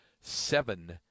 seven